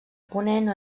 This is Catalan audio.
ponent